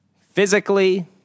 Physically